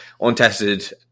untested